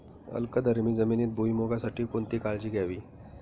अल्कधर्मी जमिनीत भुईमूगासाठी कोणती काळजी घ्यावी?